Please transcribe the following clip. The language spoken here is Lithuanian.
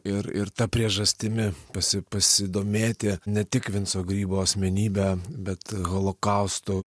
ir ir ta priežastimi pasi pasidomėti ne tik vinco grybo asmenybe bet holokaustu